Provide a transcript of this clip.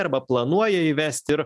arba planuoja įvest ir